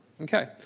Okay